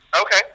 Okay